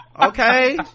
okay